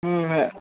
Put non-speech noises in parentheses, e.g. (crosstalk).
(unintelligible)